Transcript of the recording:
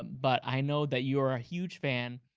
but i know that you're a huge fan.